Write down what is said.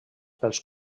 pels